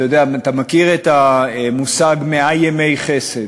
אתה יודע, אתה מכיר את המושג "מאה ימי חסד".